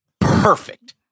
Perfect